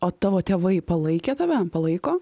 o tavo tėvai palaikė tave palaiko